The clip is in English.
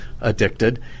addicted